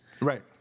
Right